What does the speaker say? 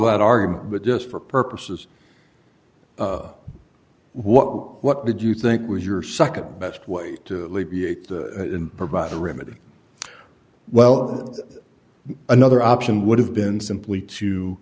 that argument but just for purposes what what would you think was your nd best way to provide a remedy well another option would have been simply to